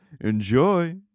Enjoy